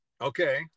Okay